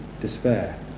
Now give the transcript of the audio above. despair